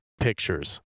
pictures